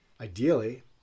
Ideally